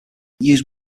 used